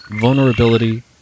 vulnerability